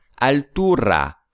Altura